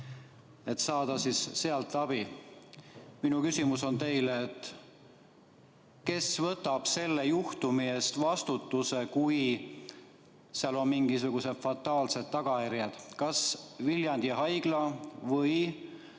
et saada sealt abi. Minu küsimus on teile, kes võtab selle juhtumi eest vastutuse, kui seal on mingisugused fataalsed tagajärjed: kas Viljandi Haigla või